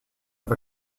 have